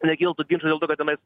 nekiltų ginčų dėl to kad tenais